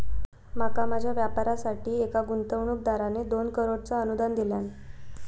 माका माझ्या व्यापारासाठी एका गुंतवणूकदारान दोन करोडचा अनुदान दिल्यान